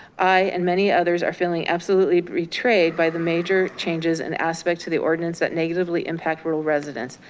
i and many others are feeling absolutely betrayed by the major changes and aspect to the ordinance that negatively impact rural residents.